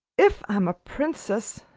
if i'm a princess!